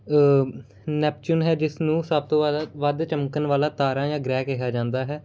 Neptune ਹੈ ਜਿਸ ਨੂੰ ਸਭ ਤੋਂ ਵ ਵੱਧ ਚਮਕਣ ਵਾਲਾ ਤਾਰਾ ਜਾਂ ਗ੍ਰਹਿ ਕਿਹਾ ਜਾਂਦਾ ਹੈ